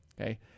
okay